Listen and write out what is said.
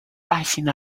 rising